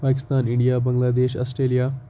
Pakistan India Bangladesh Australia